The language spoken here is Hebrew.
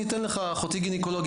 אני אתן לך: אחותי גניקולוגית,